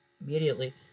Immediately